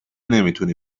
نمیتونی